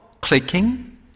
clicking